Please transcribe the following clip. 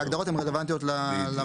כי ההגדרות הן רלוונטיות למהות.